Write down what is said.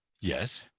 yes